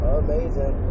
amazing